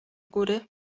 góry